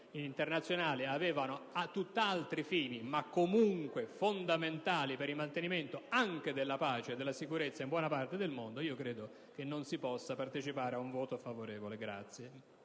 internazionali avevano a tutt'altri fini indirizzato, comunque fondamentali per il mantenimento anche della pace e della sicurezza in buona parte del mondo, credo non si possa partecipare ad un voto favorevole.